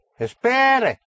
Espere